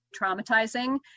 traumatizing